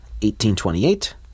1828